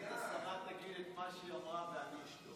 חבר הכנסת ווליד טאהא, אינו נוכח,